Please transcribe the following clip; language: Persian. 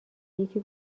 یکی